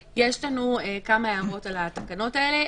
יש לנו כמה הערות על התקנות האלה.